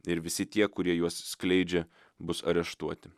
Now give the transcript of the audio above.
ir visi tie kurie juos skleidžia bus areštuoti